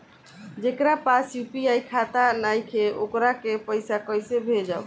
जेकरा पास यू.पी.आई खाता नाईखे वोकरा के पईसा कईसे भेजब?